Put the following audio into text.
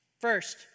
First